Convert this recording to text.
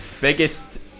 biggest